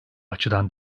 açıdan